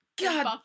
God